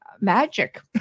magic